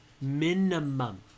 minimum